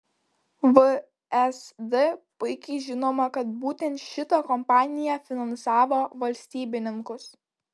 vsd puikiai žinoma kad būtent šita kompanija finansavo valstybininkus